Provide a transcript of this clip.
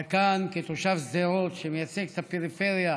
אתה כאן כתושב שדרות שמייצג את הפריפריה,